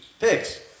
pigs